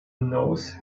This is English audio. nose